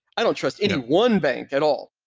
i don't trust any one bank at all.